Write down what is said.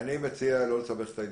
אני מציע לא סבך את העניינים.